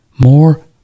more